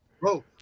Bro